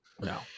No